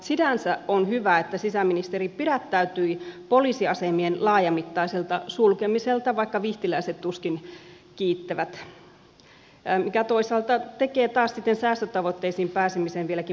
sinänsä on hyvä että sisäministeri pidättäytyi poliisiasemien laajamittaisesta sulkemisesta vaikka vihtiläiset tuskin kiittävät mikä toisaalta tekee taas sitten säästötavoitteisiin pääsemisen vieläkin vaikeammaksi